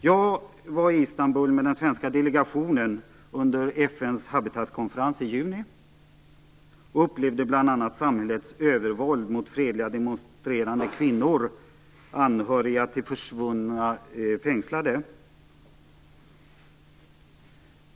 Jag var i Istanbul med den svenska delegationen under FN:s Habitatkonferens i juni och upplevde bl.a. samhällets övervåld mot fredliga demonstrerande kvinnor, anhöriga till försvunna fängslade.